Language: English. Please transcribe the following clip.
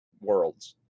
worlds